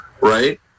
right